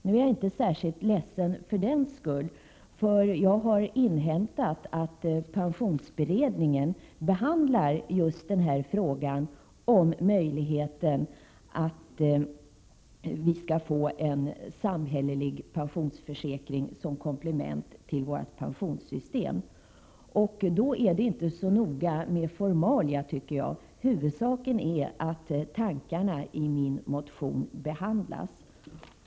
Nu är jag inte särskilt ledsen för den skull, för jag har inhämtat att pensionsberedningen behandlar just frågan om möjligheten att vi skall få en samhällelig pensionsförsäkring som komplement till vårt pensionssystem, och då är det inte så noga med formaliteterna, tycker jag — huvudsaken är att tankarna i min motion förverkligas.